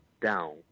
down